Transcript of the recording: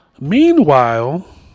Meanwhile